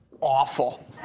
awful